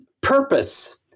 Purpose